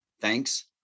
Thanks